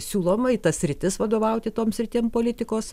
siūloma į tas sritis vadovauti toms ir tiem politikos